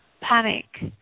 panic